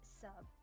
sub